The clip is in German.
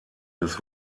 des